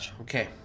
Okay